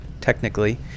technically